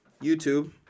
YouTube